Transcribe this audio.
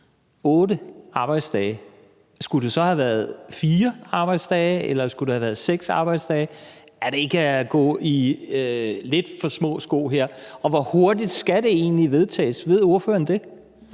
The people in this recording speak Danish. arbejdsdage. Skulle det så have været fire arbejdsdage, ellers skulle det have været seks arbejdsdage? Er det ikke at gå i lidt for små sko? Og hvor hurtigt skal det egentlig vedtages? Ved ordføreren det?